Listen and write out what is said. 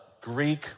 Greek